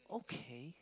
okay